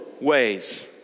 ways